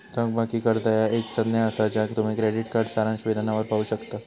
थकबाकी कर्जा ह्या एक संज्ञा असा ज्या तुम्ही क्रेडिट कार्ड सारांश विधानावर पाहू शकता